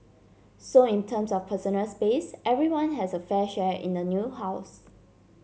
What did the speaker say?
so in terms of personal space everyone has a fair share in the new house